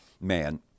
Man